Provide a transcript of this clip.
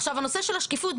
עכשיו הנושא של השקיפות,